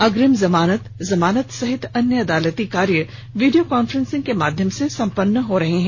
अग्रिम जमानत जमानत सहित अन्य अदालती कार्य वीडियो कांफ्रेंसिंग के माध्यम से संपन्न हो रहे हैं